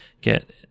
get